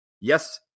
yes